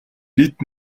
бид